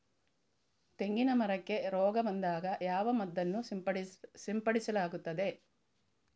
ತೆಂಗಿನ ಮರಕ್ಕೆ ರೋಗ ಬಂದಾಗ ಯಾವ ಮದ್ದನ್ನು ಸಿಂಪಡಿಸಲಾಗುತ್ತದೆ?